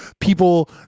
people